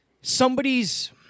somebody's